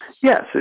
Yes